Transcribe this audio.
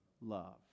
Love